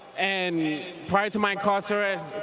and prior to my incarceration,